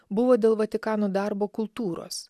buvo dėl vatikano darbo kultūros